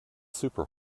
super